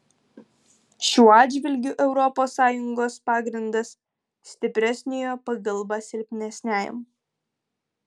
šiuo atžvilgiu europos sąjungos pagrindas stipresniojo pagalba silpnesniajam